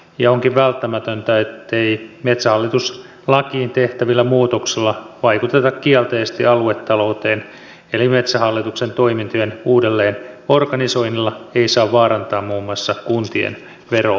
ja onkin välttämätöntä ettei metsähallitus lakiin tehtävillä muutoksilla vaikuteta kielteisesti aluetalouteen eli metsähallituksen toimintojen uudelleenorganisoinnilla ei saa vaarantaa muun muassa kuntien verotuloja